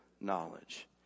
knowledge